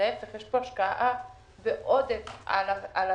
יש פה השקעה בעודף על הנושא.